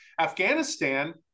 Afghanistan